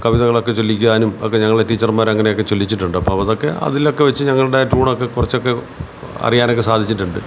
കവിതകളൊക്കെ ചൊല്ലിക്കാനും ഒക്കെ ഞങ്ങളെ ടീച്ചർമാർ അങ്ങനെയൊക്കെ ചൊല്ലിച്ചിട്ടുണ്ട് അപ്പോൾ അതൊക്കെ അതിലൊക്കെ വെച്ച് ഞങ്ങളുടെ ടൂണൊക്കെ കുറച്ചൊക്കെ അറിയാനൊക്കെ സാധിച്ചിട്ടുണ്ട്